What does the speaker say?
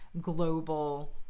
global